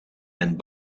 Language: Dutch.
mijn